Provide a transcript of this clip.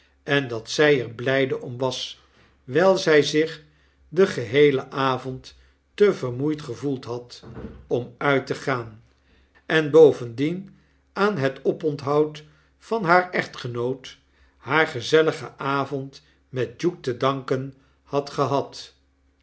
en dat zy er blyde om was wylzi zich den geheelen avond te vermoeid gevoeld hac om uit te gaan en bovendienaanhetoponthouc van haar echtgenoot haar gezelligen avond met duke te danken had gehad